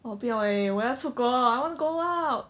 !wah! 不要 leh 我要出国 I want go out